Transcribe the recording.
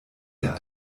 der